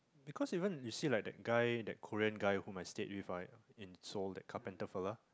because even you see like that guy that Korean guy whom I stayed with ah in Seoul that carpenter fellow